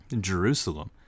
Jerusalem